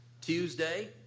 Tuesday